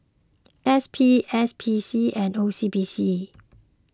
S P S P C and O C B C